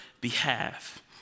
behalf